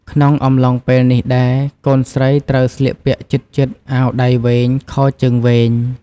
ក្នុងអំឡុងពេលនេះដែរ កូនស្រីត្រូវស្លៀកពាក់ជិតៗ អាវដៃវែង ខោជើងវែង។